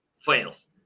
fails